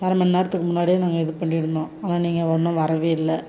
அரை மண் நேரத்துக்கு முன்னாடியே நாங்கள் இது பண்ணி இருந்தோம் ஆனால் நீங்கள் ஒன்றும் வரவே இல்லை